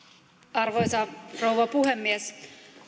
arvoisa rouva puhemies